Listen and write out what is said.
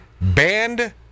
banned